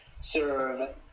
serve